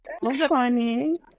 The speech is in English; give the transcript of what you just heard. funny